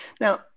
Now